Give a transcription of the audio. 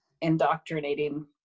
indoctrinating